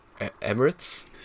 Emirates